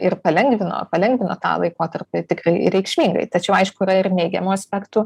ir palengvino palengvino tą laikotarpį tikrai reikšmingai tačiau aišku yra ir neigiamų aspektų